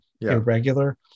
irregular